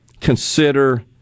consider